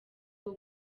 rwo